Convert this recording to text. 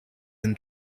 than